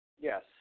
yes